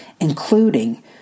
including